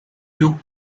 looked